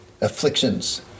afflictions